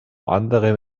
anderem